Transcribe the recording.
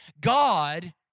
God